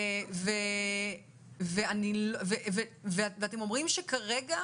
ואתם אומרים שכרגע